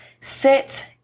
sit